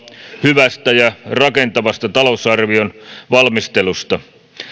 hyvästä ja rakentavasta talousarvion valmistelusta